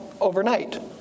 overnight